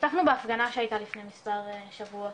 פתחנו בהפגנה שהייתה לפני מספר שבועות,